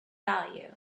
value